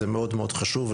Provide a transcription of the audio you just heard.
זה מאוד מאוד חשוב.